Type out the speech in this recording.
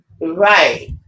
Right